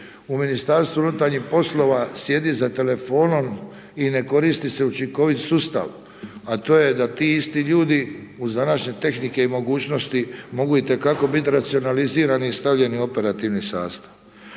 u kojoj 1800 ljudi u MUP-u sjedi za telefonom i ne koristi se učinkovit sustav a to je da ti isti ljudi uz današnje tehnike i mogućnosti, mogu itekako biti racionalizirani i stavljeni u operativni sastav.